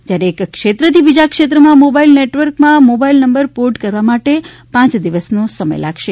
જ્યારે એક ક્ષેત્રથી બીજા ક્ષેત્રમાં મોબાઈલ નેટવર્કમાં મોબાઈલ નેબર પોર્ટ કરવા માટે પાંચ દિવસનો સમય અપાશે